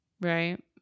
Right